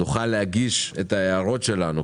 נוכל להגיש את ההערות שלנו,